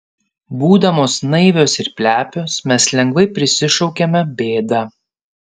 būdamos naivios ir plepios mes lengvai prisišaukiame bėdą